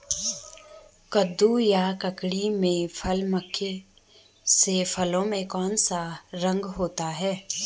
कद्दू या ककड़ी में फल मक्खी से फलों में कौन सा रोग होता है?